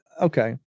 okay